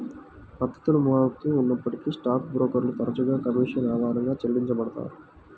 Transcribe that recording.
పద్ధతులు మారుతూ ఉన్నప్పటికీ స్టాక్ బ్రోకర్లు తరచుగా కమీషన్ ఆధారంగా చెల్లించబడతారు